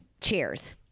cheers